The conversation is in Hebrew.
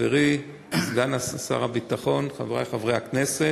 חברי סגן שר הביטחון, חברי חברי הכנסת,